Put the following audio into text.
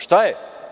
Šta je?